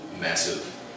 massive